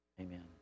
Amen